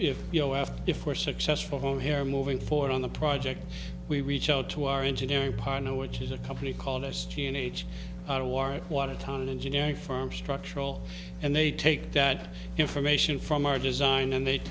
after if we're successful home here moving forward on the project we reach out to our engineering partner which is a company called us teenage war watertown engineering firm structural and they take that information from our design and they